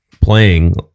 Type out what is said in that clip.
playing